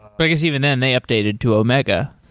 but guess even then they updated to omega,